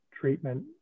treatment